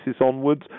onwards